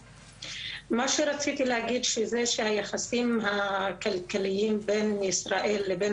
שזה שהיחסים הכלכליים בין ישראל לבין